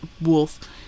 wolf